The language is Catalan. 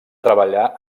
treballar